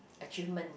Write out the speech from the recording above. achievement